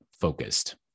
focused